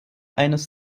eines